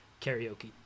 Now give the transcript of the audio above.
Karaoke